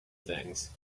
things